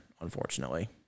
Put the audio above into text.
unfortunately